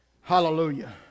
Hallelujah